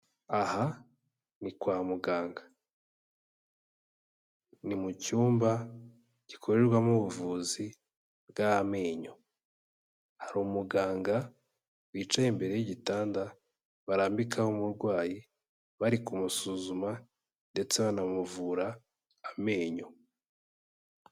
Aha ni kwa muganga, ni mucyumba gikorerwamo ubuvuzi bw'amenyo, hari umuganga wicaye imbere y'igitanda, barambikaho umurwayi bari kumusuzuma ndetse banamuvura amenyo.